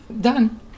Done